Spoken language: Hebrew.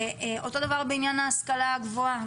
אותו דבר בעניין ההשכלה הגבוהה.